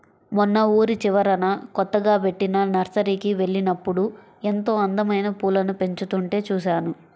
మొన్న ఊరి చివరన కొత్తగా బెట్టిన నర్సరీకి వెళ్ళినప్పుడు ఎంతో అందమైన పూలను పెంచుతుంటే చూశాను